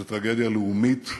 זו טרגדיה לאומית,